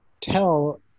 tell